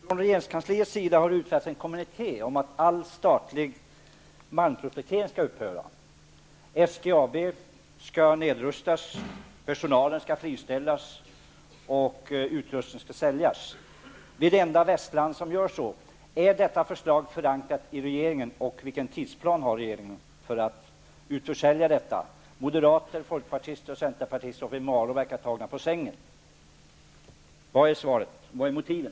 Fru talman! Från regeringskansliet har utfärdats en kommuniké om att all statlig malmprospektering skall upphöra. SGAB skall nedrustas, personalen skall friställas och utrustningen säljas. Vårt land är det enda västland som gör så. Är detta förslag förankrat i regeringen, och vilken tidsplan har regeringen för att utförsälja företaget? Moderater, folkpartister och centerpartister uppe i Malå verkar tagna på sängen. Vad är svaret? Vilka är motiven?